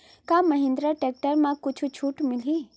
का महिंद्रा टेक्टर म कुछु छुट मिलही?